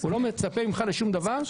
הוא לא מצפה ממך לשום דבר.